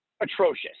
atrocious